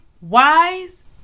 wise